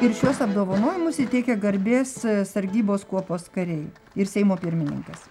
ir šiuos apdovanojimus įteikė garbės sargybos kuopos kariai ir seimo pirmininkas